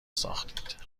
ساختید